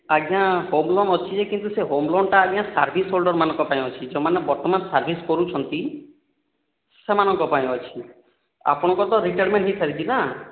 ଆଜ୍ଞା home loan ଅଛି ଯେ କିନ୍ତୁ ସେ ହୋମ୍ ଲୋନ୍ ଟା ଆଜ୍ଞା ସର୍ଭିସ୍ ହୋଲଡ଼ର୍ ମାନଙ୍କର ପାଇଁ ଅଛି ଯେଉଁମାନେ ବର୍ତ୍ତମାନ ସର୍ଭିସ୍ କରୁଛନ୍ତି ସେମାନଙ୍କ ପାଇଁ ଅଛି ଆପଣଙ୍କର ତ ରିଟାୟାରମେଣ୍ଟ ହୋଇସାରିଛି ନା